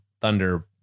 Thunder